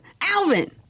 Alvin